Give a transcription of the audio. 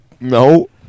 No